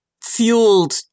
fueled